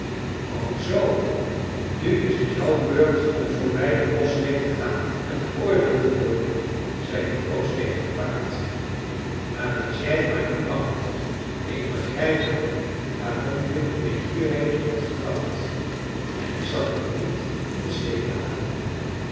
o zoo nu is t jouw beurt om voorbij de boschree te gaan en geoordeeld te worden zei de proost tegen t paard maar wees jij maar niet bang ik begrijp wel waarom je me hierheen hebt gebracht en ik zal je niet in den steek laten